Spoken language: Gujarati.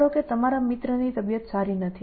ધારો કે તમારા મિત્રની તબિયત સારી નથી